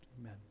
Amen